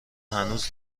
هنوز